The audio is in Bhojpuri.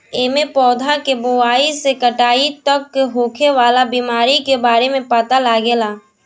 एमे पौधा के बोआई से कटाई तक होखे वाला बीमारी के बारे में पता लागेला